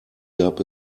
gab